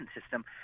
system